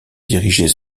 diriger